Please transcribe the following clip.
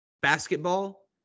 basketball